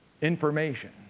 information